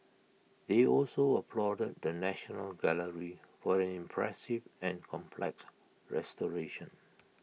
they also applauded the national gallery for an impressive and complex restoration